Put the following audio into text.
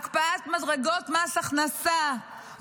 הקפאת מדרגות מס הכנסה,